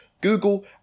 Google